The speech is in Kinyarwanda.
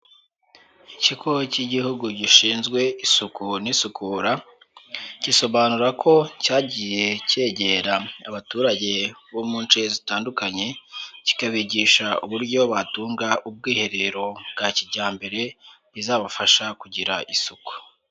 Ikigo cy'igihugu gishinzwe isuku n'isukura, gisobanura ko cyagiye cyegera abaturage bo mu nshe zitandukanye kikabigisha uburyo batunga ubwiherero bwa kijyambere, bizabafasha kugira isuku.